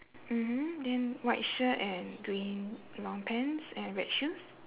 mmhmm then white shirt and green long pants and red shoes